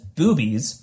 boobies